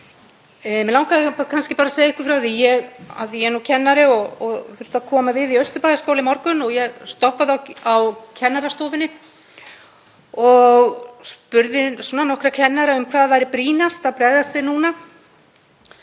Mig langaði kannski bara að segja ykkur frá því, af því ég er nú kennari og þurfti að koma við í Austurbæjarskóla í morgun, að ég stoppaði á kennarastofunni og spurði nokkra kennara um hverju væri brýnast að bregðast við núna.